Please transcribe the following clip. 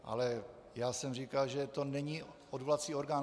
Ale já jsem říkal, že to není odvolací orgán.